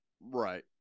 Right